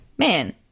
man